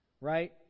Right